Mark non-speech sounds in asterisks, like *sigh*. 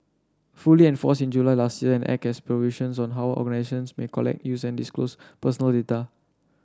fully enforced in July last year an Act has provisions on how *unintelligible* may collect use and disclose personal data